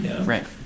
Right